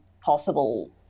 possible